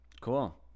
cool